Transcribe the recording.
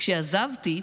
כשעזבתי,